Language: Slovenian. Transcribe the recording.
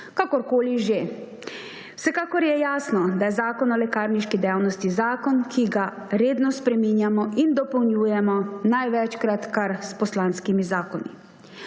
Kakorkoli že, vsekakor je jasno, da je Zakon o lekarniški dejavnosti zakon, ki ga redno spreminjamo in dopolnjujemo, največkrat kar s poslanskimi zakoni.